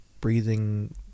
breathing